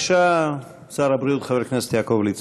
בבקשה, שר הבריאות חבר הכנסת יעקב ליצמן.